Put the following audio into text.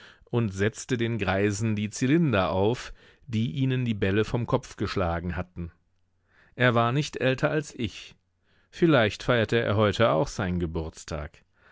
und setzte den greisen die zylinder auf die ihnen die bälle vom kopf geschlagen hatten er war nicht älter als ich vielleicht feierte er heute auch seinen geburtstag